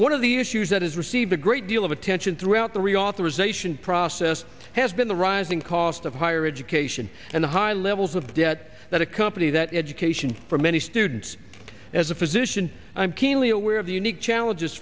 one of the issues that has received a great deal of attention throughout the reauthorization process has been the rising cost of higher education and the high levels of debt that accompany that education for many students as a physician i'm keenly we have the unique challenges